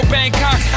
Bangkok